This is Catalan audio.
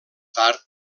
tard